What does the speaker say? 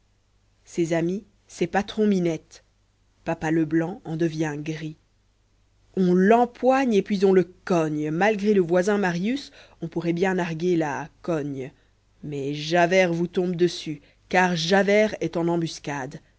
ses amis c'est patron-minette papa leblanc en devient gris on l'empoigne et puis on le cogne malgré le voisin marius on pourrait bien narguer la cogne mais javert vous tombe dessus car javert est en embuscade